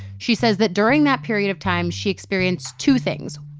she says that, during that period of time, she experienced two things.